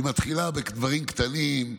היא מתחילה בדברים קטנים,